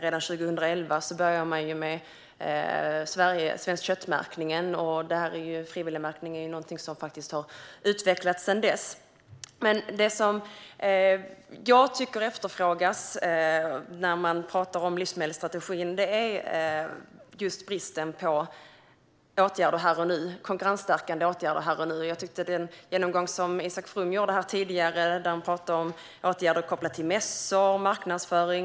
Redan 2011 började man ju med märkningen av svenskt kött, och frivilligmärkning är någonting som faktiskt har utvecklats sedan dess. Det jag tycker efterfrågas när man pratar om livsmedelsstrategin är dock just åtgärder här och nu - konkurrensstärkande åtgärder här och nu. Isak From gjorde en genomgång här tidigare, och han talade om åtgärder kopplade till mässor och marknadsföring.